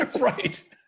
right